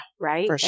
Right